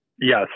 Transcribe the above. Yes